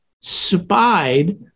spied